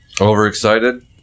Overexcited